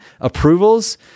approvals